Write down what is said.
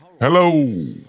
Hello